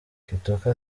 kitoko